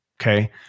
Okay